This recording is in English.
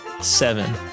seven